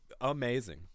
amazing